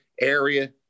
area